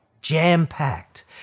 jam-packed